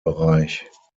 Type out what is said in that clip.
bereich